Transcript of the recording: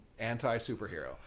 anti-superhero